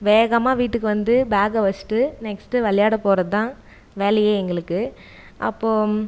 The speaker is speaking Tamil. வேகமாக வீட்டுக்கு வந்து பேக்கை வச்சுட்டு நெஸ்ட்டு விளையாட போகிறது தான் வேலையே எங்களுக்கு அப்போ